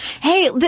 hey